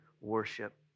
Worship